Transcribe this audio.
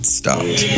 stopped